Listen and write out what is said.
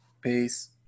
peace